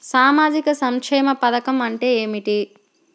సామాజిక సంక్షేమ పథకం అంటే ఏమిటి?